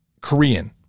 Korean